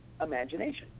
imagination